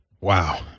Wow